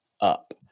up